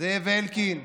זאב אלקין,